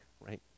right